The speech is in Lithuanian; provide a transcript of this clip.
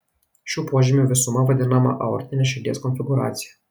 šių požymių visuma vadinama aortine širdies konfigūracija